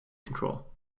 control